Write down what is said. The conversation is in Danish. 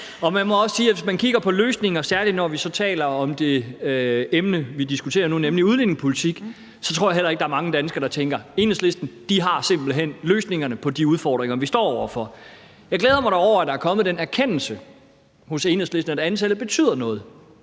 repræsenterer. Og hvis man kigger på løsninger, særlig når vi taler om det emne, vi diskuterer nu, nemlig udlændingepolitik, så tror jeg heller ikke, der er mange danskere, der tænker: Enhedslisten har simpelt hen løsningerne på de udfordringer, vi står over for. Jeg glæder mig dog over, at der er kommet den erkendelse hos Enhedslisten, at antallet betyder noget.